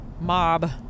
Mob